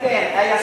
רק, רציתי רק לתקן.